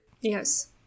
Yes